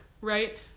right